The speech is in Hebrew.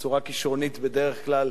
בצורה כשרונית בדרך כלל,